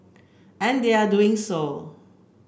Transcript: and they are doing so